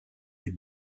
des